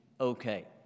okay